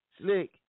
Slick